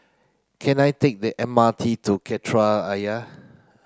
can I take the M R T to Kreta Ayer